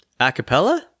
acapella